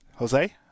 Jose